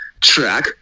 track